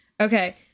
Okay